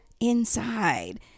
inside